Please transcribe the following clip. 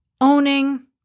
owning